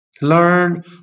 Learn